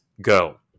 go